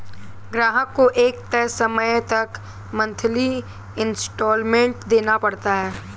ग्राहक को एक तय समय तक मंथली इंस्टॉल्मेंट देना पड़ता है